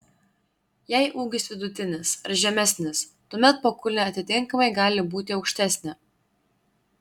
jei ūgis vidutinis ar žemesnis tuomet pakulnė atitinkamai gali būti aukštesnė